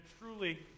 truly